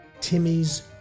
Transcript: Timmy's